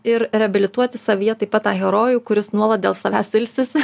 ir reabilituoti savyje taip pat tą herojų kuris nuolat dėl savęs ilsisi